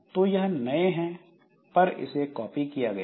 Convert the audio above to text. तो यह नए हैं पर इसे कॉपी किया गया है